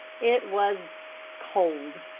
it was cold,